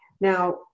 Now